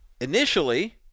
Initially